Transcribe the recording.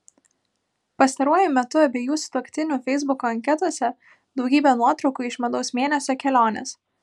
pastaruoju metu abiejų sutuoktinių feisbuko anketose daugybė nuotraukų iš medaus mėnesio kelionės